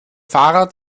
fahrer